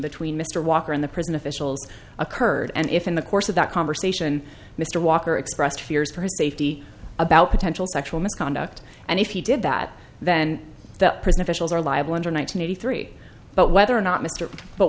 between mr walker and the prison officials occurred and if in the course of that conversation mr walker expressed fears for his safety about potential sexual misconduct and if he did that then that prison officials are liable under nine hundred eighty three but whether or not